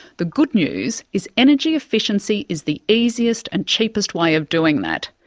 the good news is energy efficiency is the easiest and cheapest way of doing that.